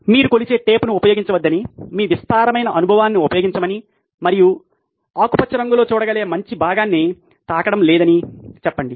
మీరు కొలిచే టేప్ను ఉపయోగించవద్దని మీ విస్తారమైన అనుభవాన్ని ఉపయోగించమని మరియు మీరు ఆకుపచ్చ రంగులో చూడగలిగే మంచి భాగాన్ని తాకడం లేదని చెప్పండి